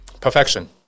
Perfection